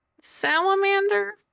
Salamander